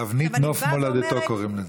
תבנית נוף מולדתו, קוראים לזה.